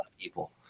people